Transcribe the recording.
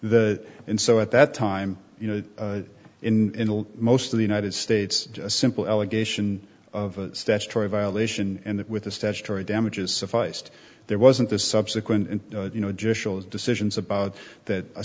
that and so at that time you know in most of the united states a simple allegation of a statutory violation and that with the statutory damages sufficed there wasn't the subsequent you know just shows decisions about that a